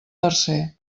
tercer